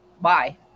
bye